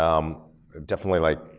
um definitely like,